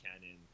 canon